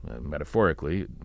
metaphorically